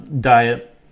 diet